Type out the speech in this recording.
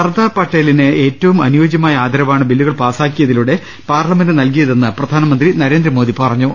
സർദാർ പട്ടേലിന് ഏറ്റവും അനു യോജ്യമായ ആദരവാണ് ബില്ലുകൾ പാസ്സാക്കിയതിലൂടെ പാർലമെന്റ് നൽകിയ തെന്ന് പ്രധാനമന്ത്രി നരേന്ദ്രമോദി പറഞ്ഞു